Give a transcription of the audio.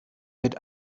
mit